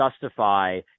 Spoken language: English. justify